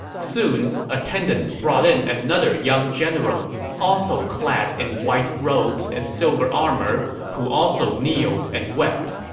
soon, attendants brought in another young general, also clad in white robes and silver armor, who also kneeled and wept.